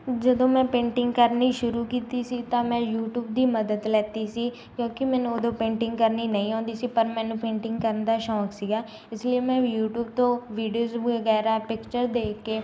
ਜਦੋਂ ਮੈਂ ਪੇਂਟਿੰਗ ਕਰਨੀ ਸ਼ੁਰੂ ਕੀਤੀ ਸੀ ਤਾਂ ਮੈਂ ਯੂਟੀਊਬ ਦੀ ਮਦਦ ਲਿੱਤੀ ਸੀ ਕਿਉਂਕਿ ਮੈਨੂੰ ਉਦੋਂ ਪੇਂਟਿੰਗ ਕਰਨੀ ਨਹੀਂ ਆਉਂਦੀ ਸੀ ਪਰ ਮੈਨੂੰ ਪੇਂਟਿੰਗ ਕਰਨ ਦਾ ਸ਼ੌਂਕ ਸੀਗਾ ਇਸ ਲਈ ਮੈਂ ਯੂਟੀਊਬ ਤੋਂ ਵੀਡੀਓਜ਼ ਵਗੈਰਾ ਪਿਕਚਰ ਦੇਖ ਕੇ